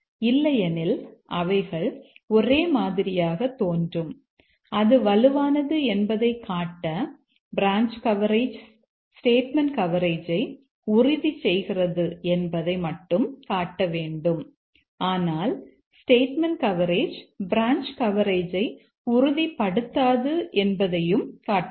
இல்லையெனில் அவைகள் ஒரே மாதிரியாக தோன்றும் அது வலுவானது என்பதைக் காட்ட பிரான்ச் கவரேஜ் ஸ்டேட்மெண்ட் கவரேஜை உறுதி செய்கிறது என்பதை மட்டும் காட்ட வேண்டும் ஆனால் ஸ்டேட்மெண்ட் கவரேஜ் பிரான்ச் கவரேஜை உறுதிப்படுத்தாது என்பதையும் காட்ட வேண்டும்